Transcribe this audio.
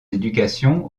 éducation